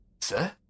Sir